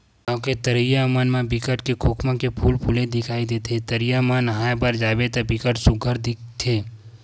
गाँव के तरिया मन म बिकट के खोखमा के फूल फूले दिखई देथे, तरिया म नहाय बर जाबे त बिकट सुग्घर दिखथे